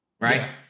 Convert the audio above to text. right